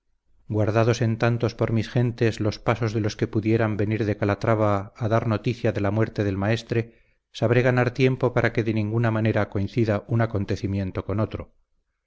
guardados en tanto por mis gentes los pasos de los que pudieran venir de calatrava a dar la noticia de la muerte del maestre sabré ganar tiempo para que de ninguna manera coincida un acontecimiento con otro